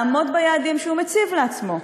לעמוד ביעדים שהוא מציב לעצמו.